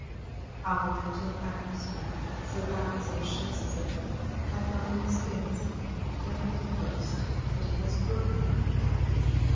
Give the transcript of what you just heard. our mental atmosphere surrounds and shuts us in like our own skins no one can boast that he has broken out of that prison.